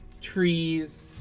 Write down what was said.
trees